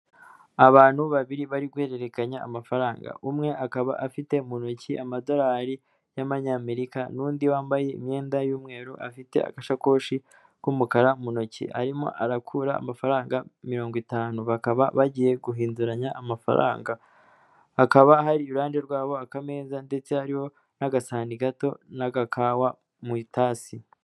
Abantu babiri bari guhererekanya amafaranga umwe akaba afite mu ntoki amadorari y'amanyamerika n'undi wambaye imyenda y'umweru afite agasakoshi k'umukara mu ntoki arimo arakura amafaranga mirongo itanu bakaba bagiye guhinduranya amafaranga hakaba iruhande rwabo hari akameza ndetse hariho n'agasani gato n'agakawa mutasi.